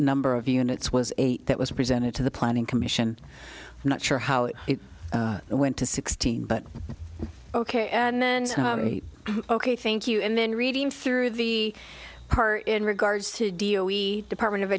number of units was a that was presented to the planning commission not sure how it went to sixteen but ok and then ok thank you and then reading through the part in regards to deal we department of